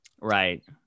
right